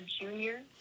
junior